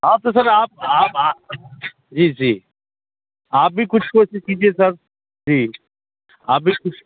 आप तो सर आप आप आ जी जी आप भी कुछ कोशिश कीजिए सर जी आप भी कुछ